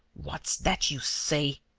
what's that you say?